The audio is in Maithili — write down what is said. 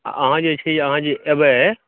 अहाँ जे छै अहाँ जे एबै